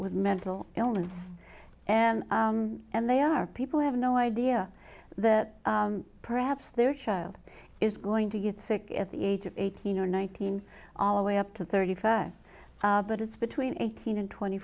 with mental illness and and they are people have no idea that perhaps their child is going to get sick at the age of eighteen or nineteen all way up to thirty five but it's between eighteen and twenty